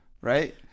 right